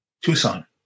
Tucson